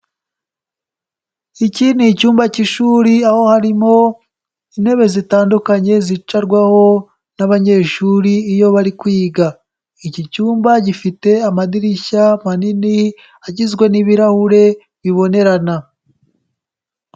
Iki ni icyumba cy'ishuri aho harimo intebe zitandukanye, zicarwaho n'abanyeshuri iyo bari kwiga. Iki cyumba gifite amadirishya manini agizwe n'ibirahure bibonerana.